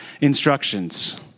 instructions